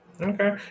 Okay